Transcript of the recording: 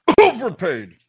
Overpaid